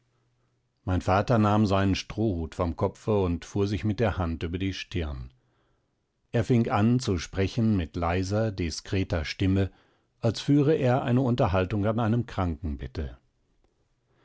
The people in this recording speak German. mein vater nahm seinen strohhut vom kopfe und fuhr sich mit der hand über die stirn er fing an zu sprechen mit leiser diskreter stimme als führe er eine unterhaltung an einem krankenbette